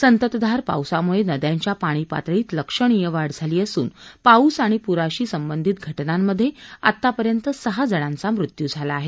संततधार पावसामुळे नद्यांच्या पाणी पातळीत लक्षणीय वाढ झाली असून पाऊस आणि पुराशी संबंधित घटनांमध्ये आतापर्यंत सहा जणांचा मृत्यू झाला आहे